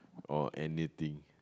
oh anything